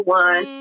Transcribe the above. one